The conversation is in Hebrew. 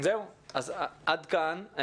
עד כאן.